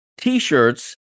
t-shirts